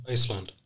Iceland